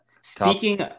Speaking